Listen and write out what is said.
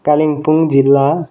कालिम्पोङ जिल्ला